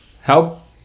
Help